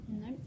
No